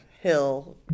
hill